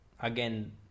again